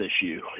issue